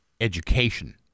education